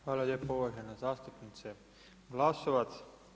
Hvala lijepo uvažena zastupnice Glasovac.